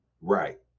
Right